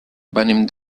venim